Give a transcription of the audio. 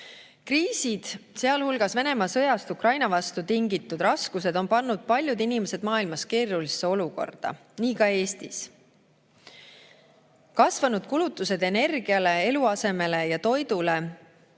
Kriisid, sealhulgas Venemaa Ukraina-vastasest sõjast tingitud raskused, on pannud paljud inimesed maailmas keerulisse olukorda, ka Eestis. Kasvanud kulutused energiale, eluasemele ja toidule